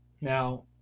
Now